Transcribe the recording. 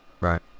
right